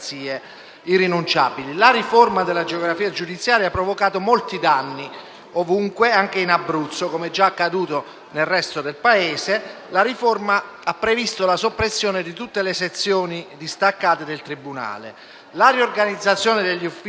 La riforma della geografia giudiziaria ha provocato molti danni ovunque: anche in Abruzzo, come già accaduto nel resto del Paese, la riforma ha previsto la soppressione di tutte le sezioni distaccate di tribunale.